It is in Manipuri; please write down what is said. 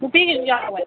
ꯅꯨꯄꯤꯒꯤꯁꯨ ꯌꯥꯎꯋꯦ